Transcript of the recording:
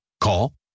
Call